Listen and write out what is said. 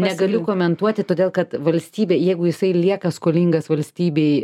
negaliu komentuoti todėl kad valstybė jeigu jisai lieka skolingas valstybei